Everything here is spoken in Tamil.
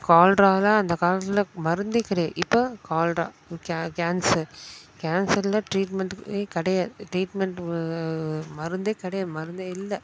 கால்ராலாம் அந்த காலத்தில் மருந்தே கிடையாது இப்போ கால்ரா கே கேன்சர் கேன்சரில் ட்ரீட்மென்ட்டே கிடையாது ட்ரீட்மென்ட் மருந்தே கெடையாது மருந்தே இல்லை